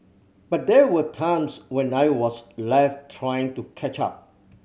but there were times when I was left trying to catch up